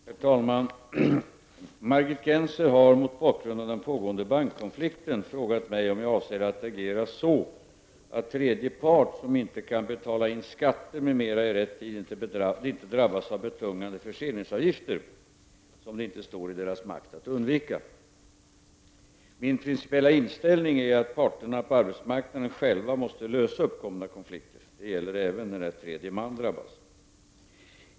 Herr talman! Margit Gennser har, mot bakgrund av den pågående bankkonflikten, frågat mig om jag avser att agera så att tredje part som inte kan betala in skatter m.m. i rätt tid inte drabbas av betungande förseningsavgifter som det inte står i deras makt att undvika. Min principiella inställning är att parterna på arbetsmarknaden själva måste lösa uppkomna konflikter. Detta gäller även när tredje man drabbas.